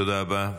תודה רבה.